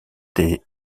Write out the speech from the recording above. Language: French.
des